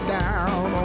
down